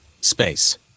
Space